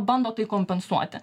bando tai kompensuoti